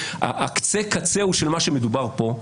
זה אפילו לא קצה קצהו של מה שמדובר פה.